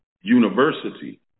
University